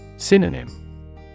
Synonym